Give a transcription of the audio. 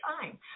time